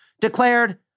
declared